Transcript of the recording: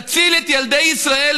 תציל את ילדי ישראל,